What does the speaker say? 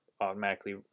automatically